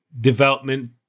development